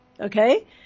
Okay